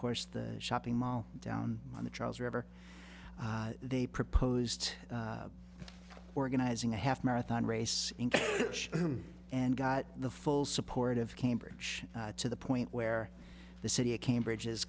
course the shopping mall down on the charles river they proposed organizing a half marathon race and got the full support of cambridge to the point where the city of cambridge is